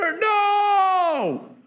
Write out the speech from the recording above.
no